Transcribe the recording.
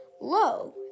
low